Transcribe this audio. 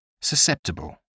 Susceptible